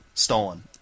Stolen